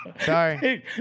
Sorry